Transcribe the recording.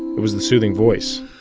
it was the soothing voice